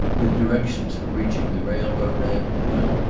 with directions for reaching the railroad, and well,